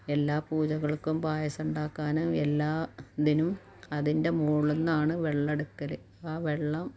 എല്ലാ പൂജകൾക്കും പായസം ഉണ്ടാക്കാനും എല്ലാ ഇതിനും അതിൻ്റെ മോളിന്നാണ് വെള്ളം എടുക്കൽ ആ വെള്ളം